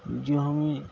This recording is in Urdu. جو ہمیں